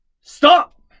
Stop